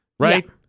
right